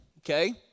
Okay